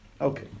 okay